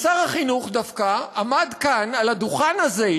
ושר החינוך דווקא עמד כאן על הדוכן הזה,